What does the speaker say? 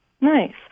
Nice